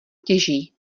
těží